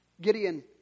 Gideon